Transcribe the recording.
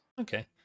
Okay